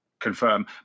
confirm